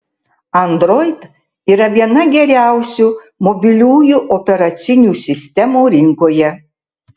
android yra viena geriausių mobiliųjų operacinių sistemų rinkoje